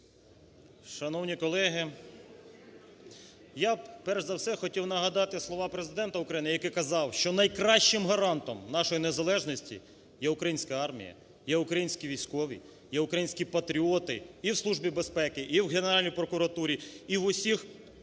Шановні колеги, я перш за все хотів нагадати слова Президента України, який казав, що найкращим гарантом нашої незалежності є українська армія, є українські військові, є українські патріоти, і в Службі безпеки, і в Генеральній прокуратурі, і в усіх